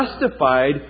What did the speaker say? justified